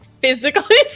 physically